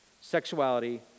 Sexuality